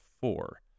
four